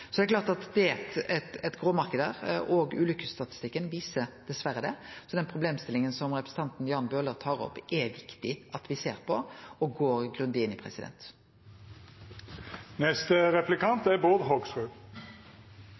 Det er klart at det er ein gråmarknad der, og ulykkesstatistikken viser dessverre det. Den problemstillinga som representanten Jan Bøhler tar opp, er det viktig at me ser på og går grundig inn i. Jeg er veldig enig med statsråden i at ulykkene er